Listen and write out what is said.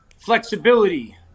flexibility